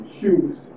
shoes